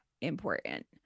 important